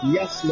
Yes